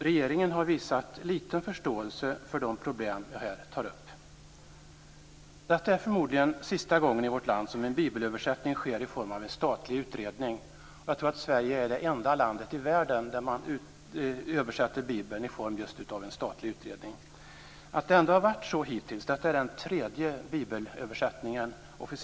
Regeringen har visat liten förståelse för de problem jag här tar upp. Detta är förmodligen sista gången i vårt land som en bibelöversättning sker i form av en statlig utredning. Jag tror att Sverige är det enda landet i världen där man översätter Bibeln i form av en statlig utredning. Detta är den tredje officiella bibelöversättningen i Sverige.